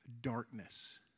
darkness